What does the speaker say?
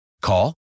Call